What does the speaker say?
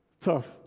tough